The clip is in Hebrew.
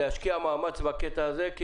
להשקיע מאמץ בקטע הזה.